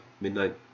midnight